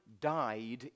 died